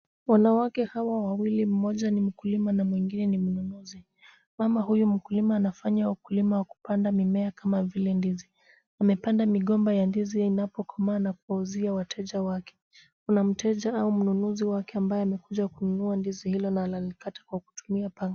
Wanawake hawa wawili, mmoja ni mkulima na mwingine ni mnunuzi. Mama huyu mkulima anafanya ukulima wa kupanda mimea kama vile ndizi. Amepanda migomba ya ndizi inapo komaaa na kuwauzia wateja wake. Kuna mteja au mnunuzi wake ambaye amekuja kununua ndizi hilo na anaikata kwa kutumia panga.